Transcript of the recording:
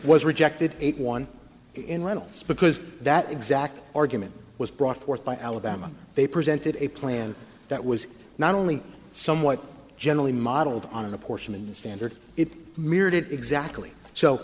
was rejected eight one in reynolds because that exact argument was brought forth by alabama they presented a plan that was not only somewhat generally modeled on abortion in the standard it mirrored it exactly so